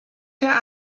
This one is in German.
der